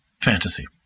fantasy